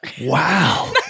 Wow